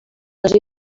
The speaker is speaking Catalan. els